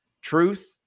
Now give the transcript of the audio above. Truth